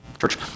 church